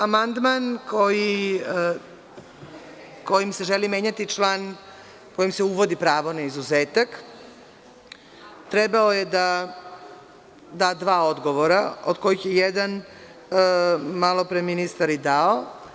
Amandman kojim se želi menjati član kojim se uvodi pravo na izuzetak trebao je da dva odgovora od kojih je jedan malopre ministar i dao.